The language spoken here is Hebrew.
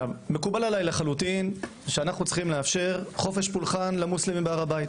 מקובל עליי לחלוטין שאנחנו צריכים לאפשר חופש פולחן למוסלמים בהר הבית,